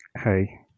Hi